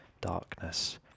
darkness